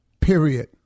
period